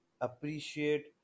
appreciate